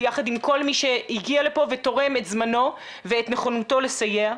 ביחד עם כל מי שהגיע לפה ותורם את זמנו ואת נכונותו לסייע,